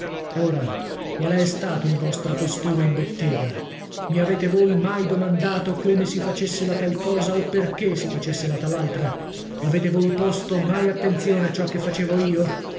ora quale è stato il vostro costume in bottega mi avete voi mai domandato come si facesse la tal cosa o perchè si facesse la tal altra avete voi posto mai attenzione a ciò che facevo io